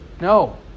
No